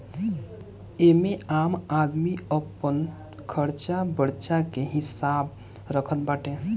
एमे आम आदमी अपन खरचा बर्चा के हिसाब रखत बाटे